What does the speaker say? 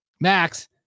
Max